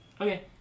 Okay